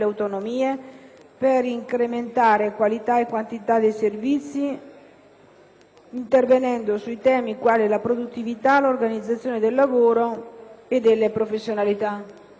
per incrementare quantità e qualità dei servizi intervenendo su temi quali la produttività, l'organizzazione del lavoro, le professionalità.